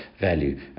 value